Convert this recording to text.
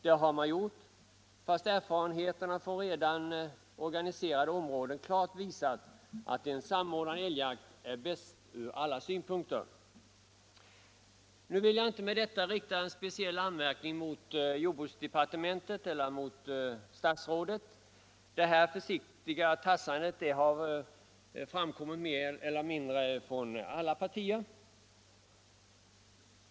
Det har man gjort, fast erfarenheterna från redan organiserade områden klart visar att en samordnad älgjakt är bäst ur alla synpunkter. Nu vill jag inte med detta rikta en speciell anmärkning mot jordbruksdepartementet eller mot statsrådet. Alla partier har tassat omkring mer eller mindre försiktigt.